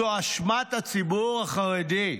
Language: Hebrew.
זו אשמת הציבור החרדי,